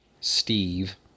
Steve